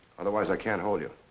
otherwise, i can't hold you.